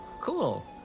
Cool